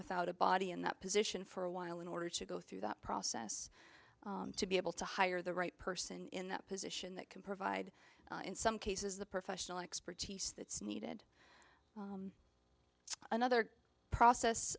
without a body in that position for a while in order to go through that process to be able to hire the right person in that position that can provide in some cases the professional expertise that's needed another process